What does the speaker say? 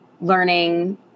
learning